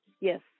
Yes